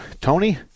Tony